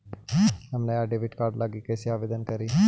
हम नया debit card लागी कईसे आवेदन करी?